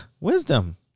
wisdom